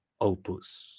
opus